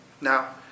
Now